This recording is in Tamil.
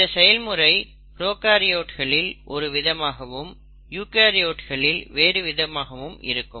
இந்த செயல்முறை ப்ரோகாரியோட்களில் ஒரு விதமாகவும் யூகரியோட்களில் வேறு விதமாகவும் இருக்கும்